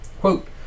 Quote